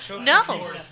No